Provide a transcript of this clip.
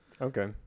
Okay